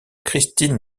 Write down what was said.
christine